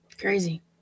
crazy